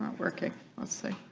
working let's say